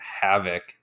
havoc